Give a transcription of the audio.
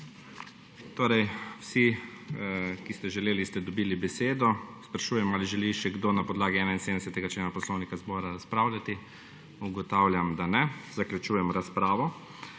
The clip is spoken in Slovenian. Torej vsi, ki ste želeli ste dobili besedo. Sprašujem ali želi še kdo na podlagi 71. člena Poslovnika zbora razpravljati? Ne. Zaključujem razpravo.